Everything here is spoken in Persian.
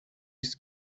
است